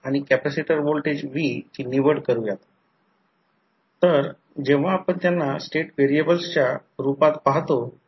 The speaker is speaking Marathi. तर फेराइट हे सिरेमिक मटेरियल आहे ज्यात सिलिकॉन स्टीलसारखेच मॅग्नेटिक प्रॉपर्टीज आहेत परंतु हाय रजिस्टीविटी आहे